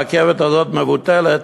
הרכבת הזאת מבוטלת,